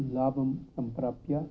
लाभं सम्प्राप्य